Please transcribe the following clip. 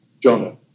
Jonah